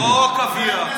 לא קוויאר.